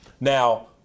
Now